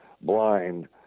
blind